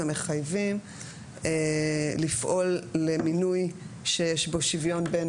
ומחייבים לפעול למינוי שיש בו שוויון בין